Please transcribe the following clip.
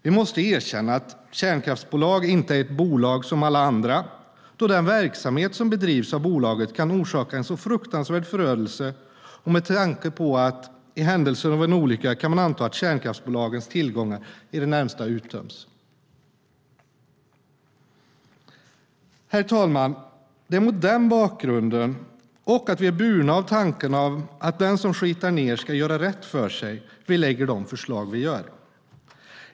Vi måste erkänna att ett kärnkraftsbolag inte är ett bolag som alla andra, då den verksamhet som bedrivs av bolaget kan orsaka en sådan fruktansvärd förödelse, och med tanke på att man i händelse av en olycka kan anta att kärnkraftsbolagets tillgångar i det närmsta har uttömts. Herr talman! Det är mot den bakgrunden och därför att vi är burna av tanken att den som skitar ned ska göra rätt för sig som vi lägger fram de förslag vi gör.